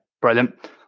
Brilliant